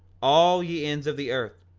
all ye ends of the earth,